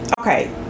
Okay